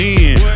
end